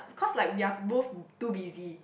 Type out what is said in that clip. because like we are both too busy